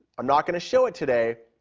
i'm not going to show it today,